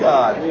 God